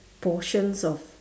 portions of